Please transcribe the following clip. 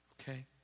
Okay